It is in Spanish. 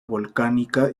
volcánica